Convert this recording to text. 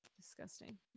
disgusting